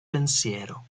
pensiero